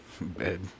bed